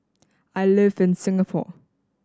I live in Singapore